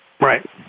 Right